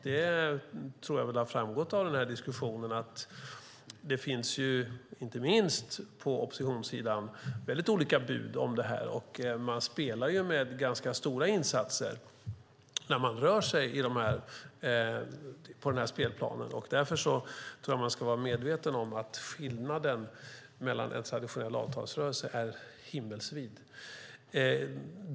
Jag tror att det har framgått av den här diskussionen att det inte minst på oppositionssidan finns väldigt olika bud om det här, och man spelar med ganska stora insatser när man rör sig på den här spelplanen. Därför tror jag att man ska vara medveten om att skillnaden mellan detta och en traditionell avtalsrörelse är himmelsvid.